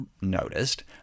noticed